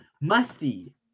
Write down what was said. musty